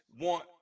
want